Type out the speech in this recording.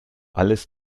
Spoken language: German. alles